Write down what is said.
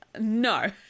No